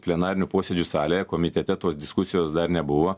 plenarinių posėdžių salėje komitete tos diskusijos dar nebuvo